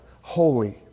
holy